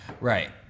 Right